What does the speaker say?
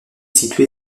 située